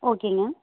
ஓகேங்க